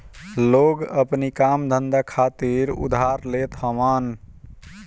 लोग अपनी काम धंधा खातिर उधार लेत हवन